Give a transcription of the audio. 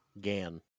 Gan